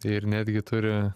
ir netgi turi